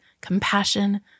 compassion